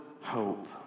hope